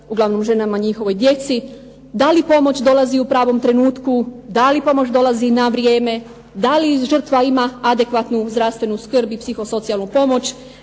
uglavnom ženama i njihovoj djeci, da li pomoć dolazi u pravom trenutku, da li pomoć dolazi na vrijeme, da li žrtva ima adekvatnu zdravstvenu skrb i psihosocijalnu pomoć,